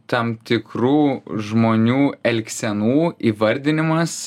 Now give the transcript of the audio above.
tam tikrų žmonių elgsenų įvardimas